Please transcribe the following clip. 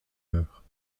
heure